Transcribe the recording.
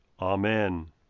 Amen